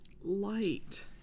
light